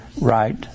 right